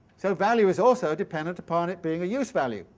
so value is also dependent upon it being a use-value,